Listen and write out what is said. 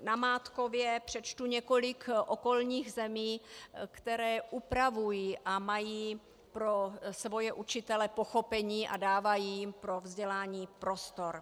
Namátkově vám přečtu několik okolních zemí, které upravují a mají pro svoje učitele pochopení a dávají jim pro vzdělání prostor.